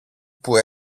που